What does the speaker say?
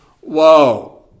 whoa